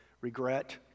regret